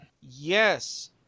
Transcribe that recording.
yes